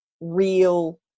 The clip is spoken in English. real